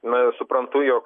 na suprantu jog